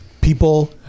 people